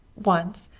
once,